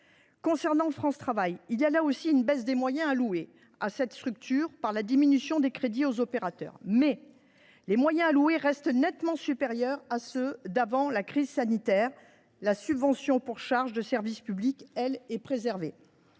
Concernant France Travail, ensuite, nous constatons là aussi une baisse des moyens alloués à cette structure la diminution des crédits aux opérateurs. Pour autant, les moyens mobilisés demeurent nettement supérieurs à ceux d’avant la crise sanitaire, et la subvention pour charges de service public, elle, est préservée.